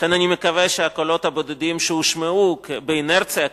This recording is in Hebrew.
לכן אני מקווה שהקולות הבודדים שהושמעו באינרציה כזאת,